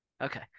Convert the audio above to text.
Okay